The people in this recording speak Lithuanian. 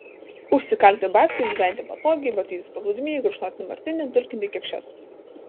užsikalti babkių ir gyventi patogiai vartytis paplūdimy gurkšnoti martinį dulkinti kekšes